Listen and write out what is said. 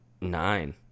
nine